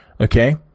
Okay